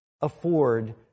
afford